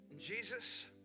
Jesus